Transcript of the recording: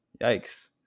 Yikes